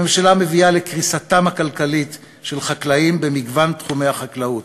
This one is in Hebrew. הממשלה מביאה לקריסתם הכלכלית של חקלאים במגוון תחומי החקלאות.